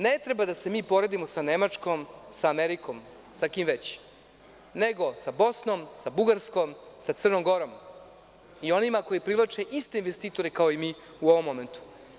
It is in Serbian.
Ne treba da se mi poredimo sa Nemačkom, sa Amerikom, sa kim već, nego sa Bosnom, sa Bugarskom, sa Crnom Gorom i onima koji privlače iste investitore kao i mi u ovom momentu.